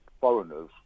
foreigners